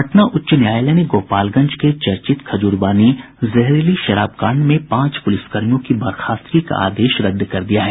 पटना उच्च न्यायालय ने गोपालगंज के चर्चित खजूरबानी जहरीली शराब कांड में पांच पुलिसकर्मियों की बर्खास्तगी का आदेश रद्द कर दिया है